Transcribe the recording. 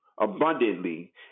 Abundantly